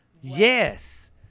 Yes